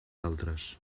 altres